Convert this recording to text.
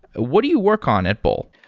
what do you work on at bol?